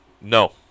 No